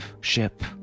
ship